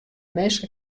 minske